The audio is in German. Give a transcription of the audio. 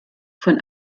von